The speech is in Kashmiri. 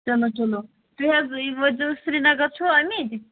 چلو چلو تُہۍ حظ یہِ وٲتۍزیٚو سری نگر چھُو آمِتۍ